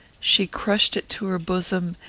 she crushed it to her bosom,